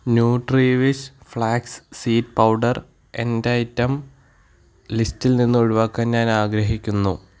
Nutrivish flax seed powder എന്റെ item ലിസ്റ്റിൽ നിന്ന് ഒഴിവാക്കാൻ ഞാൻ ആഗ്രഹിക്കുന്നു